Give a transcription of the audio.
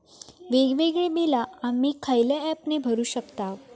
वेगवेगळी बिला आम्ही खयल्या ऍपने भरू शकताव?